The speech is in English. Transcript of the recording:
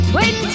Wait